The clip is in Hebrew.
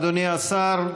אדוני השר,